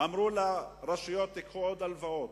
אמרו לרשויות: תיקחו עוד הלוואות,